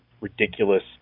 ridiculous